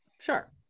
sure